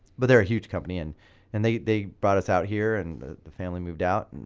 but they're a huge company and and they they brought us out here and the family moved out and